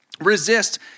Resist